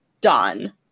done